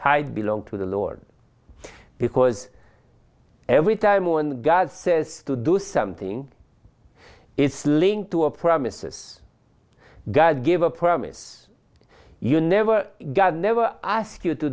tied belong to the lord because every time one god says to do something it's linked to a promise god gave a promise you never god never asked you to